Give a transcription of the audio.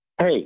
Hey